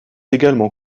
également